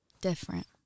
different